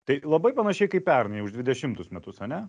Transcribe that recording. tai labai panašiai kaip pernai už dvidešimtus metus ane